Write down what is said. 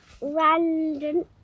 random